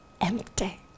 empty